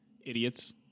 idiots